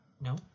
No